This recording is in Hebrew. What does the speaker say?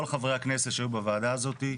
כל חברי הכנסת שהיו בוועדה הזאת,